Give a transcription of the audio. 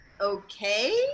okay